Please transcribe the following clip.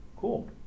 Cool